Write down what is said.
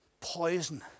poison